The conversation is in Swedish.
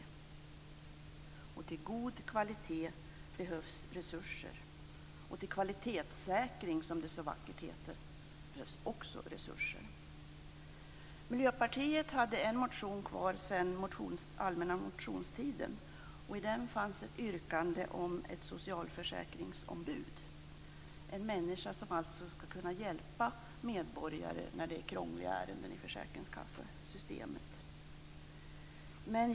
För att nå en god kvalitet behövs det resurser. Också när det gäller kvalitetssäkring, som det så vackert heter, behövs det resurser. Miljöpartiet hade en motion kvar sedan allmänna motionstiden. I den motionen finns ett yrkande om ett socialförsäkringsombud, en person som skall kunna hjälpa medborgare i krångliga ärenden i försäkringskassesystemet.